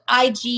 IG